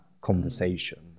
conversation